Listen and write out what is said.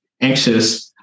anxious